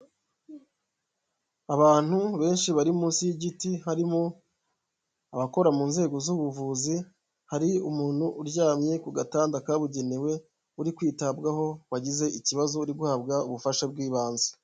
Abantu benshi bari munsi y'igiti harimo abakora mu nzego z'ubuvuzi hari umuntu uryamye ku gatanda kabugenewe, uri kwitabwaho wagize ikibazo uri guhabwa ubufasha bw'ibanze.